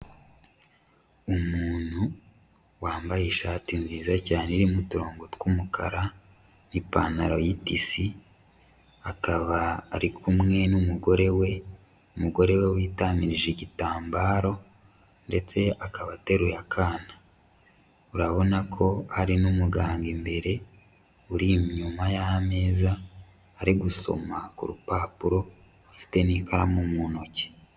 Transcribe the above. Umuntu wambaye ishati nziza cyane irimo uturongo tw'umukara n'ipantaro y'itisi. Akaba ari kumwe n'umugore we, umugore we witamirije igitambaro, ndetse akaba ateruye akana. Urabona ko hari n'umuganga imbere uri inyuma y'ameza ari gusoma ku rupapuro, afite n'ikaramu mu ntoki.